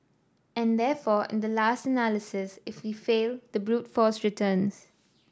and therefore in the last analysis if we fail the brute force returns